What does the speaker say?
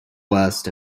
west